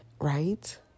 right